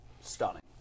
Stunning